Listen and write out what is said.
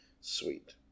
Sweet